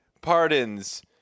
pardons